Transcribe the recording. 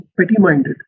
petty-minded